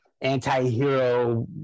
anti-hero